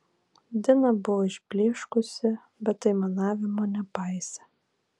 dina buvo išblyškusi bet aimanavimo nepaisė